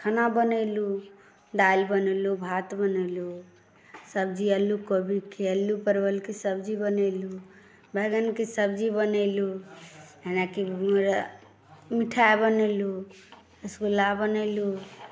खाना बनेलहुँ दालि बनेलहुँ भात बनेलहुँ सब्जी आलू कोबी आलू परवलके सब्जी बनेलहुँ बैगनके सब्जी बनेलहुँ हेनाकि मिठाइ बनेलहुँ रसगुल्ला बनेलहुँ